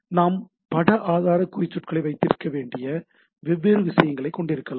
நாம் பட ஆதார குறிச்சொற்களை வைத்திருக்கக்கூடிய வெவ்வேறு விஷயங்களை நாம் கொண்டிருக்கலாம்